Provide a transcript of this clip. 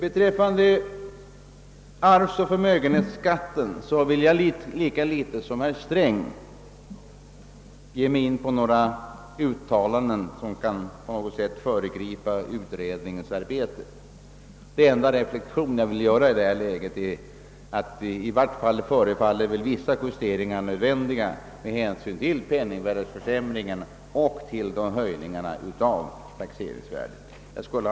Beträffande arvsoch förmögenhetsskatten vill jag lika litet som herr Sträng ge mig in på några uttalanden som på något sätt kan föregripa utredningsarbetet. Den enda reflexion jag vill göra i detta läge är att i varje fall vissa juste ringar förefaller nödvändiga med hänsyn till penningvärdeförsämringen och höjningen av taxeringsvärdena, Herr talman!